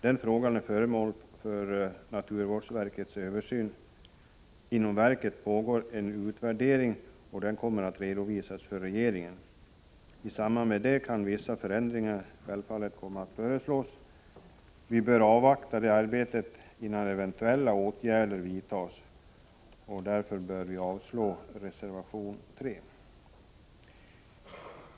Den frågan är föremål för naturvårdsverkets översyn. Inom verket pågår en utvärdering, och den kommer att redovisas för regeringen. I samband därmed kan vissa förändringar självfallet komma att föreslås. Vi bör avvakta det arbetet innan eventuella åtgärder vidtas. Därför bör vi avslå reservation 3.